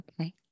Okay